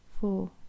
four